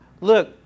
look